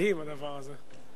מדהים הדבר הזה.